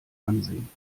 ansehen